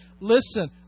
listen